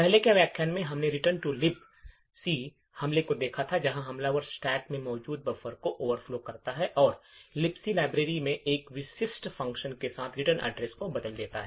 पहले के व्याख्यान में हमने रिटर्न टू लिबक हमले को देखा था जहां हमलावर स्टैक में मौजूद बफर को ओवरफ्लो करता है और लिबक लाइब्रेरी में एक विशिष्ट फ़ंक्शन के साथ रिटर्न एड्रेस को बदल देता है